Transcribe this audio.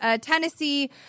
Tennessee